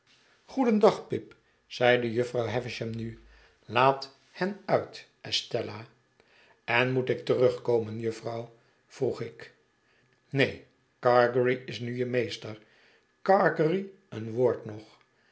goedendag pipl zeide jufvrouw havisham nu laat hen uit estella en moet ik terugkomen jufvrouw vroeg ik neen gargery is nu je meester gargery een woord nog